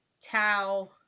Tao